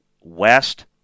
West